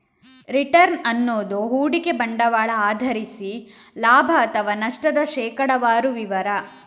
return ಅನ್ನುದು ಹೂಡಿಕೆ ಬಂಡವಾಳ ಆಧರಿಸಿ ಲಾಭ ಅಥವಾ ನಷ್ಟದ ಶೇಕಡಾವಾರು ವಿವರ